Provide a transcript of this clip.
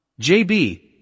JB